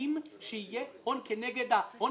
חייבים שיהיה הון כנגד הפעילות.